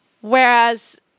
whereas